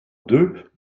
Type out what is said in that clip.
deux